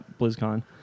BlizzCon